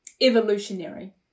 evolutionary